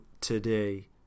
today